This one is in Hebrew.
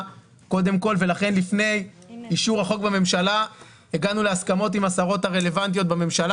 ולכן לפני אישור החוק בממשלה הגענו להסכמות עם השרות הרלוונטיות בממשלה.